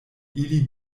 ili